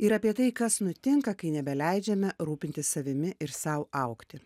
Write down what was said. ir apie tai kas nutinka kai nebeleidžiame rūpintis savimi ir sau augti